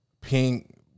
pink